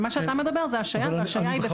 על מה שאתה מדבר זו השעיה, והשעיה היא בשכר.